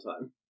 time